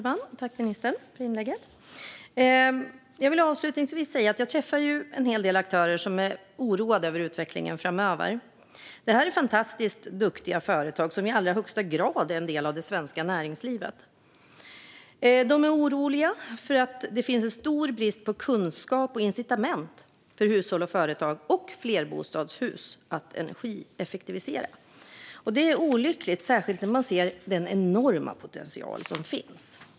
Fru talman! Jag vill avslutningsvis säga att jag träffar en hel del aktörer som är oroade över utvecklingen framöver. Det här är fantastiskt duktiga företag som i allra högsta grad är en del av det svenska näringslivet. De är oroliga för att det finns en stor brist på kunskap och incitament för hushåll, företag och flerbostadshus att energieffektivisera. Det är olyckligt, särskilt när man ser den enorma potential som finns.